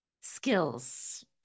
skills